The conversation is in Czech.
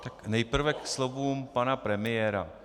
Tak nejprve ke slovům pana premiéra.